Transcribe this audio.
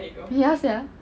ya sia